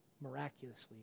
miraculously